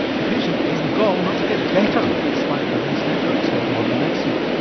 the patient has the gall not to get better despite the best efforts of modern medicine.